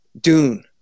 Dune